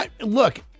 Look